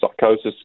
psychosis